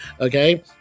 okay